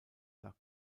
nach